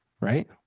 right